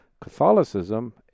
Catholicism